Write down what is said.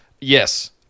yes